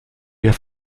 wir